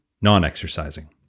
non-exercising